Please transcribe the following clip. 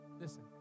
listen